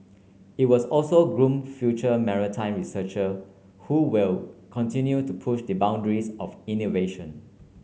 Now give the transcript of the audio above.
it will also groom future maritime researcher who will continue to push the boundaries of innovation